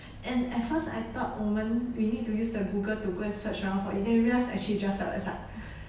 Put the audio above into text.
and at first I thought 我们 we need to use the google to go and search around for then we realised actually it's just side by side